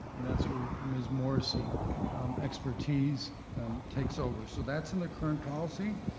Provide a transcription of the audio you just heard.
and that's where ms. morrissey expertise takes over. so that's in the current policy.